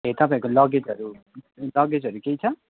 ए तपाईँहरूको लगेजहरू लगेजहरू केही छ